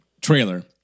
trailer